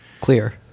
clear